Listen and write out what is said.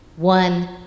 one